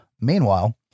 meanwhile